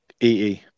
EE